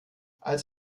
als